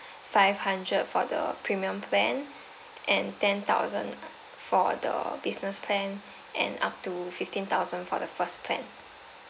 five hundred for the premium plan and ten thousand for the business plan and up to fifteen thousand for the first plan